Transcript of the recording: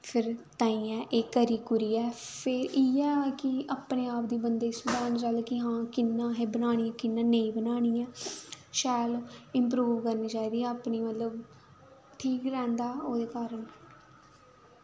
फिर तहियैं एह् करी कुरियै फ्ही इयै कि अपने आप दी बंदे चाहिदी कि हां कि'यां असैं बनानी कि'यां नेईं बनानी ऐ शैल इम्प्रूव करनी चाहिदी अपनी मतलब ठीक रैह्ंदा ओह्दे कारण